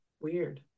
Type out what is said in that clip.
Weird